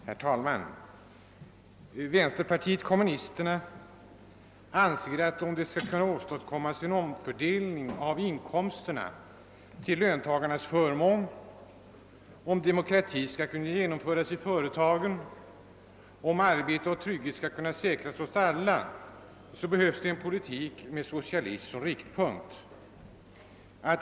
Herr talman! Vänsterpartiet kommunisterna anser att om det skall kunna åstadkommas en omfördelning av inkomsterna till löntagarnas förmån, om demokrati skall kunna genomföras i företagen och om arbete och trygghet skall kunna säkras åt alla, behövs det en politik med socialism som riktpunkt.